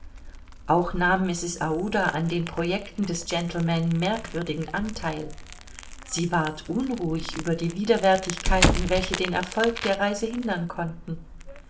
auch nahm mrs aouda an den projecten des gentleman merkwürdigen antheil sie ward unruhig über die widerwärtigkeiten welche den erfolg der reise hindern konnten